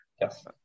yes